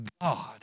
God